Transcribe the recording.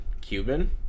cuban